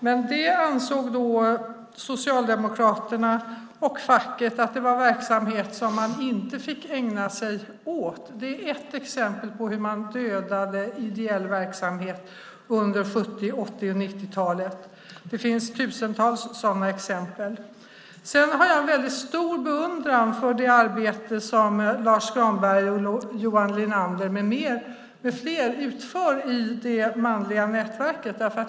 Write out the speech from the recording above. Men Socialdemokraterna och facket ansåg att det var verksamhet som man inte fick ägna sig åt. Det är ett exempel på hur man dödade ideell verksamhet under 70-, 80 och 90-talet. Det finns tusentals sådana exempel. Sedan har jag en väldigt stor beundran för det arbete som Lars Granberg, Johan Linander med flera utför i det manliga nätverket.